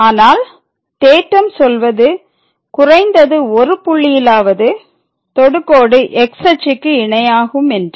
ஆனால் தேற்றம் சொல்வது குறைந்தது ஒரு புள்ளியிலாவது தொடுகோடு x அச்சுக்கு இணையாகும் என்று